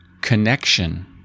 connection